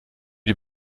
die